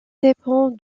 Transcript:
dépend